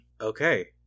Okay